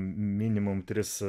minimum tris